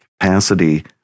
capacity